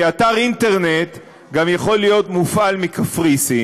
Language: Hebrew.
כי אתר אינטרנט גם יכול להיות מופעל מקפריסין,